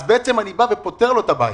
אז אני פותר לו את הבעיה.